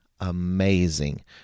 amazing